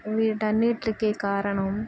వీటన్నిటికి కారణం